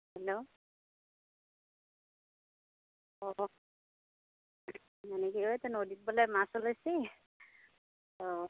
hello অঁ মানে কি অঁ এতে নদীত বোলে মাছ অ'লেছি অঁ